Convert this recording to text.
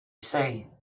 say